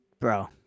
Bro